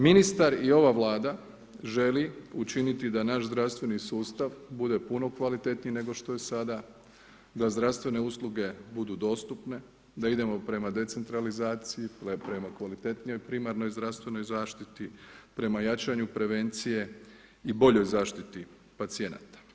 Ministar i ova Vlada želi učiniti da naš zdravstveni sustav bude puno kvalitetniji nego što je sada, da zdravstvene usluge bude dostupne, da idemo prema decentralizaciji, prema kvalitetnijom primarnoj zdravstvenoj zaštiti, prema jačanju prevencije i boljoj zaštiti pacijenata.